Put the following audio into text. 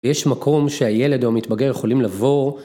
ויש מקום שהילד או המתבגר יכולים לבוא.